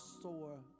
soar